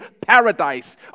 paradise